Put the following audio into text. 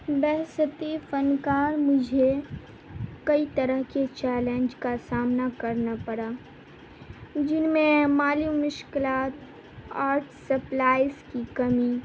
بحیثیت فنکار مجھے کئی طرح کے چیلنج کا سامنا کرنا پڑا جن میں مالی مشکلات آرٹ سپلائز کی کمی